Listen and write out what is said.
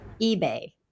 eBay